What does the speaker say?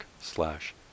slash